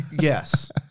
yes